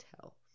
tell